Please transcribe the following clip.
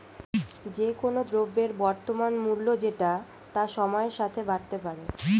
যে কোন দ্রব্যের বর্তমান মূল্য যেটা তা সময়ের সাথে বাড়তে পারে